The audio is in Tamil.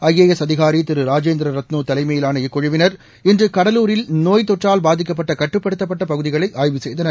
ஐ ஏ எஸ் அதிகாரி திரு ராஜேந்திர ரத்னு தலைமையிவான இக்குழுவிளர் இன்று கடலூரில் நோய் தொற்றால் பாதிக்கப்பட்ட கட்டுப்படுத்தப்பட்ட பகுதிகளை ஆய்வு செய்தனர்